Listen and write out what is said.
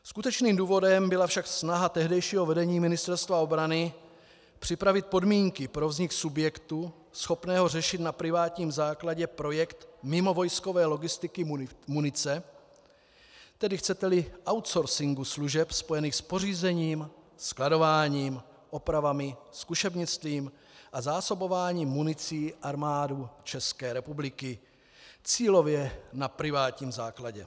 Skutečným důvodem byla však snaha tehdejšího vedení Ministerstva obrany připravit podmínky pro vznik subjektu, schopného řešit na privátním základě projekt mimovojskové logistiky munice, tedy chceteli outsourcingu služeb spojených s pořízením, skladováním, opravami, zkušebnictvím a zásobováním municí Armády České republiky, cílově na privátním základě.